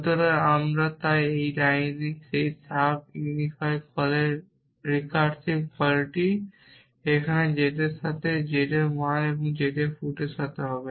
সুতরাং আমরা তাই এই লাইনে যে সাব ইউনিফাই কলের রিকার্সিভ কলটি এখানে z এর সাথে z এর মান এবং z এর ফুটের সাথে হবে